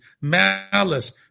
malice